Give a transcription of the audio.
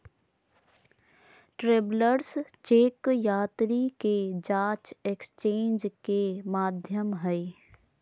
travellers cheque यात्री के जांच एक्सचेंज के माध्यम हइ